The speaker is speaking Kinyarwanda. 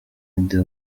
deol